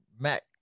mac